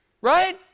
right